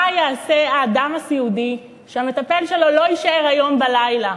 מה יעשה האדם הסיעודי שהמטפל שלו לא יישאר בלילה?